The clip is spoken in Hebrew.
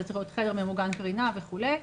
זה צריך להיות חדר ממוגן קרינה וכולי,